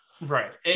Right